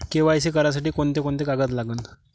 KYC करासाठी कोंते कोंते कागद लागन?